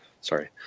Sorry